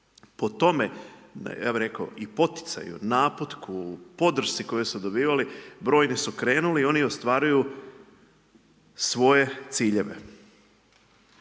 Po tome ja bih rekao i poticaj o naputku, o podršci koju su dobivali brojni su krenuli i oni ostvaruju svoje ciljeve.